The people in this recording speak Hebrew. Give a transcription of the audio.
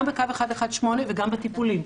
גם בגו 118 וגם בטיפולים.